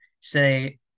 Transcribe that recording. say